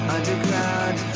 Underground